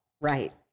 Right